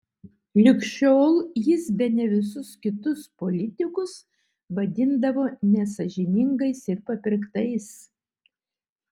lig šiol jis bene visus kitus politikus vadindavo nesąžiningais ir papirktais